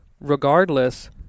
regardless